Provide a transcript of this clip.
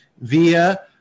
via